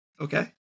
okay